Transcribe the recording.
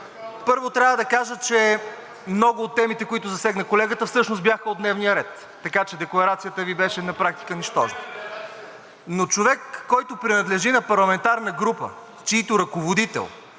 Първо трябва да кажа, че много от темите, които засегна колегата, всъщност бяха от дневния ред, така че декларацията Ви беше на практика нищожна. Но човек, който принадлежи на парламентарна група, чийто ръководител